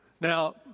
now